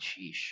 Sheesh